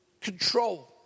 Control